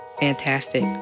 Fantastic